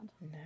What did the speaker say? No